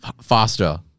Faster